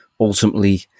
ultimately